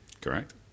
Correct